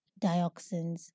dioxins